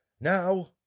Now